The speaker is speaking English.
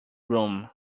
room